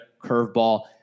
curveball